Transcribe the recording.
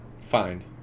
Fine